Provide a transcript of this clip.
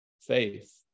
faith